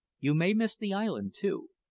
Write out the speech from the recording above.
you may miss the island, too,